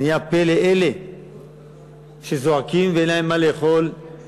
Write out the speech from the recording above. נהיה הפה לאלה שזועקים ואין להם מה לאכול,